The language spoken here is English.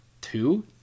two